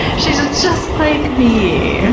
she's just like me!